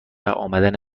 امدن